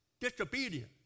disobedience